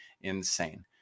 insane